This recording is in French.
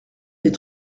des